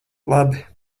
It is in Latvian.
labi